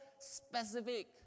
specific